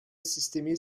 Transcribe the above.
sistemi